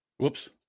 Whoops